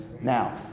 Now